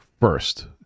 first